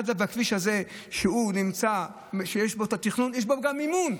אגב, הכביש הזה, יש בו תכנון ויש בו גם מימון,